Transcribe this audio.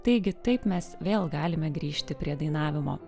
taigi taip mes vėl galime grįžti prie dainavimo